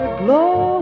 glow